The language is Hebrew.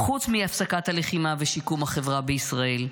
חוץ מהפסקת הלחימה ושיקום החברה בישראל.